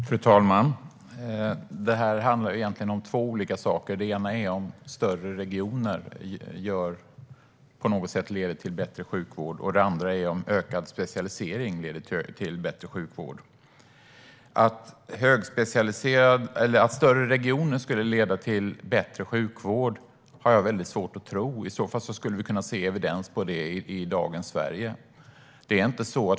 Fru talman! Det här handlar om två olika saker. Det ena är om större regioner leder till bättre sjukvård, och det andra är om ökad specialisering leder till bättre sjukvård. Att större regioner skulle leda till bättre sjukvård har jag väldigt svårt att tro. I så fall skulle vi se evidens för det i dagens Sverige.